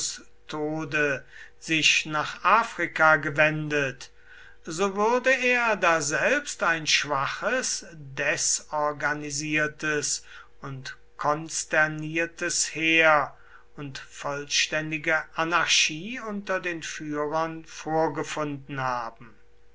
tode sich nach afrika gewendet so würde er daselbst ein schwaches desorganisiertes und konsterniertes heer und vollständige anarchie unter den führern vorgefunden haben